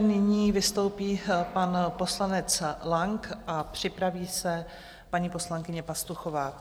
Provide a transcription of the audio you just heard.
Nyní vystoupí pan poslanec Lang a připraví se paní poslankyně Pastuchová.